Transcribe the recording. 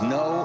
no